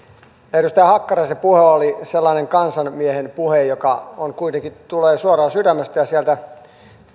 edustaja hakkaraisen puhe oli sellainen kansanmiehen puhe joka tulee suoraan sydämestä ja sieltä